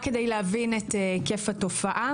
רק כדי להבין את היקף התופעה